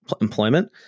employment